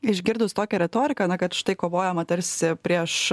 išgirdus tokią retoriką na kad štai kovojama tarsi prieš